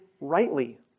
rightly